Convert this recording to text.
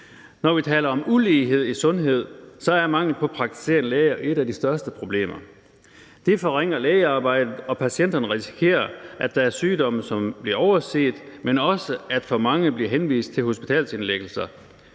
Når vi taler om ulighed i sundhed, er mangel på praktiserende læger et af de største problemer. Det forringer lægearbejdet, og patienterne risikerer, at der er sygdomme, som bliver overset, men også, at for mange af dem bliver henvist til hospitalsindlæggelser,